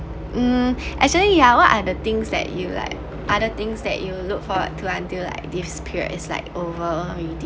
um actually yeah what are the things that you like other things that you look for to until like this period is like over already